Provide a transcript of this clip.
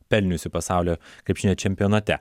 pelniusi pasaulio krepšinio čempionate